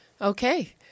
Okay